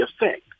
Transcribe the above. effect